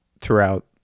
throughout